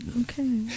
Okay